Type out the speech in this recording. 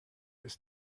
ist